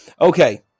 Okay